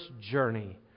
journey